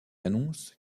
annonce